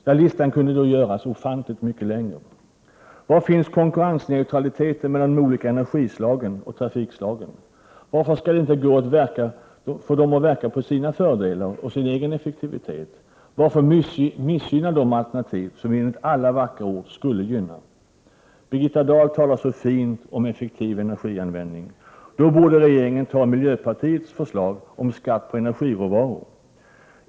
Ja, listan kunde göras ofantligt mycket längre. Var finns konkurrensneutraliteten i fråga om olika energislag och trafikslag? Varför skall de inte kunna verka på sina fördelar och sin egen effektivitet? Varför missgynnas de alternativ som vi enligt alla vackra ord skulle gynna? Birgitta Dahl talar så fint om effektiv energianvändning. Då borde regeringen anta miljöpartiet de grönas förslag om skatt på energiråvaror.